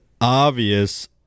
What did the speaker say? obvious